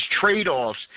trade-offs